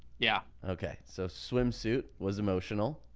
yeah. okay. so swimsuit was emotional.